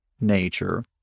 nature